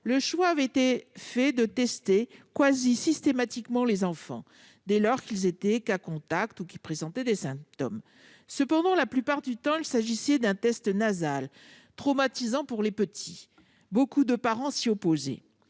le choix avait été fait de tester presque systématiquement les enfants dès lors qu'ils étaient cas contacts ou qu'ils présentaient des symptômes. Toutefois, la plupart du temps, il s'agissait d'un test nasal, traumatisant pour les petits, et beaucoup de parents s'y opposaient.